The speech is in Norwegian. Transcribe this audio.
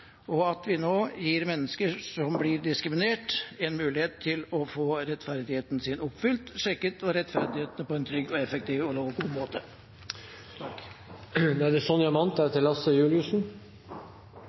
og at vi nå gir mennesker som blir diskriminert, en mulighet til å få rettighetene sine oppfylt, sjekket og rettferdiggjort på en trygg, effektiv og god måte. Når Torbjørn Røe Isaksen slår fast i et intervju til ANB at problemet for sykepleieryrket er at det